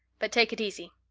but take it easy.